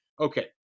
Okay